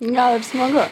gal ir smagu